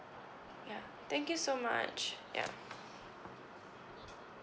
ya thank you so much yup